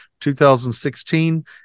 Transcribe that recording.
2016